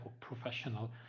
professional